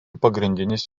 pagrindinis